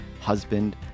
husband